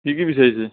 কি কি বিচাৰিছে